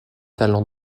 talents